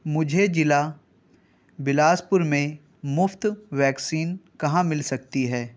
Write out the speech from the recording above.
مجھے ضلع بلاسپور میں مفت ویکسین کہاں مل سکتی ہے